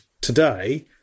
today